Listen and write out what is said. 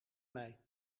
mij